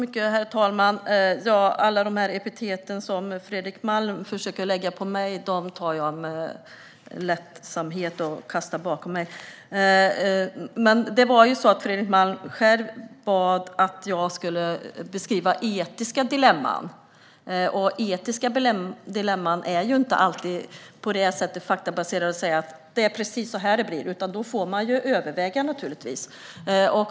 Herr talman! Alla de epitet som Fredrik Malm försöker att lägga på mig tar jag med lättsamhet och lämnar bakom mig. Fredrik Malm själv bad att jag skulle beskriva etiska dilemman, och de är inte alltid faktabaserade. Man kan inte säga exakt hur det blir, utan då måste det ske överväganden.